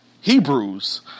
Hebrews